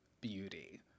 beauty